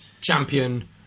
champion